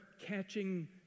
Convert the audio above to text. catching